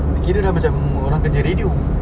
dah kira macam orang kerja radio